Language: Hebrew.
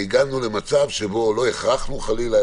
והגענו למצב שבו לא הכרחנו חלילה,